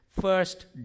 first